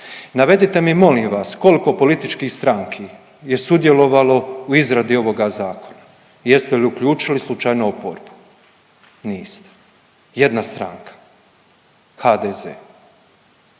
Navedite mi, molim vas, koliko političkih stranki je sudjelovalo u izradi ovoga Zakona i jeste li uključili slučajno oporbu? Niste. Jedna stranka. HDZ.